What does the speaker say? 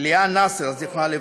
ליאן נאסר ז"ל,